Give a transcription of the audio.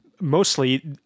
mostly